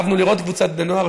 כאבנו לראות קבוצת בני נוער,